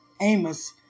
Amos